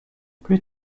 plus